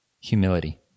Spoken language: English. humility